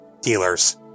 dealers